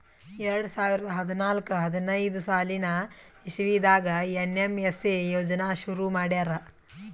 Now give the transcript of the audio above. ಎರಡ ಸಾವಿರದ್ ಹದ್ನಾಲ್ಕ್ ಹದಿನೈದ್ ಸಾಲಿನ್ ಇಸವಿದಾಗ್ ಏನ್.ಎಮ್.ಎಸ್.ಎ ಯೋಜನಾ ಶುರು ಮಾಡ್ಯಾರ್